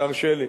תרשה לי.